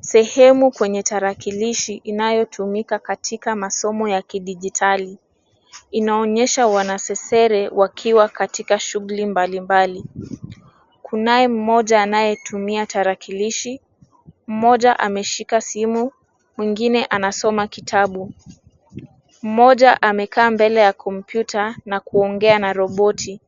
Sehemu kwenye tarakilishi inayotumika katika masomo ya kidijitali, inaonyesha wanasesere wakiwa katika shughuli mbali mbali. Kunaye mmoja anayetumia tarakilishi, mmoja ameshika simu, mwingine anasoma kitabu. Mmoja amekaa mbele ya kompyuta na kuongea na roboti ,